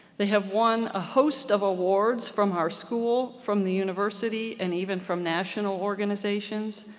they have won a host of awards from our school from the university and even from national organizations.